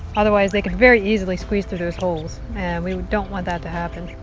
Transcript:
otherwise they could very easily squeeze through this hole and we don't want that to happen.